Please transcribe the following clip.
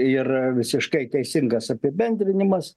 ir visiškai teisingas apibendrinimas